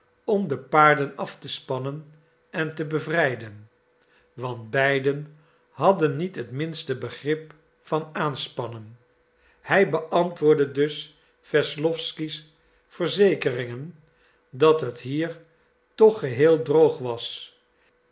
om de paarden af te spannen en te bevrijden want beiden hadden niet het minste begrip van aanspannen hij beantwoordde dus wesslowsky's verzekeringen dat het hier toch geheel droog was